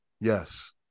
yes